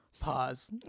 Pause